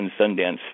Sundance